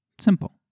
Simple